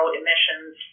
emissions